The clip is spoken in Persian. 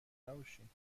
نباشین